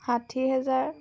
ষাঠি হেজাৰ